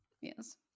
Yes